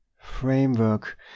Framework